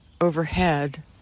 overhead